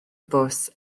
bws